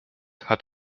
hat